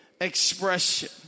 expression